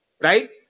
right